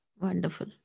Wonderful